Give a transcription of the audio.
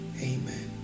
amen